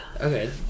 Okay